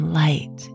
light